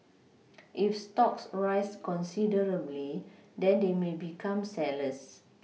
if stocks rise considerably then they may become sellers